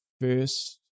first